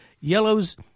Yellows